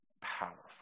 powerful